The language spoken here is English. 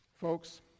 Folks